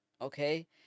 okay